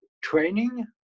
training